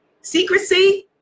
secrecy